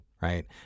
right